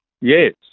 Yes